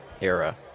era